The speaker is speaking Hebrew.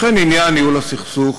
לכן עניין ניהול הסכסוך